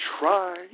try